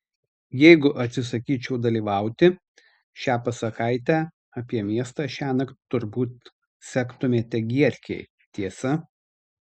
jeigu atsisakyčiau dalyvauti šią pasakaitę apie miestą šiąnakt turbūt sektumėte gierkei tiesa